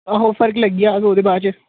आहो फर्क लग्गी जाह्ग ओह्दे बाद